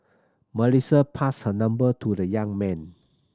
Melissa passed her number to the young man